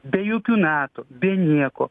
be jokių nato be nieko